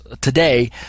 today